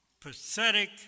pathetic